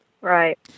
Right